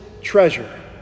treasure